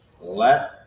let